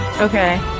Okay